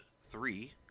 three